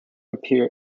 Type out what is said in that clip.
appear